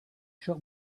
shop